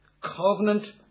Covenant